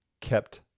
kept